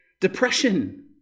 Depression